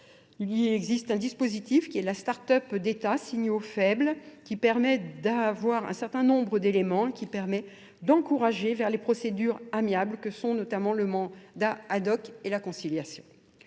Il existe un dispositif qui est la start-up d'État, signe aux faibles, qui permet d'avoir un certain nombre d'éléments, qui permet d'encourager vers les procédures amiable que sont notamment le mandat ad hoc et la conciliation.